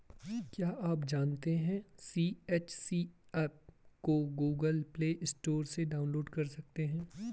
क्या आप जानते है सी.एच.सी एप को गूगल प्ले स्टोर से डाउनलोड कर सकते है?